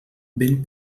ben